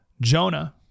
Jonah